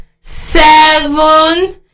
seven